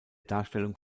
darstellung